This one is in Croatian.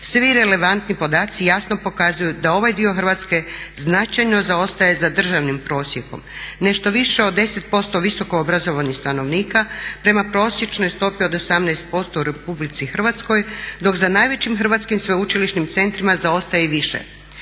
Svi relevantni podaci jasno pokazuju da ovaj dio Hrvatske značajno zaostaje za državnim prosjekom. Nešto više od 10% visoko obrazovanih stanovnika prema prosječnoj stopi od 18% u Republici Hrvatskoj, dok za najvećim hrvatskim sveučilišnim centrima zaostaje i više